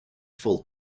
full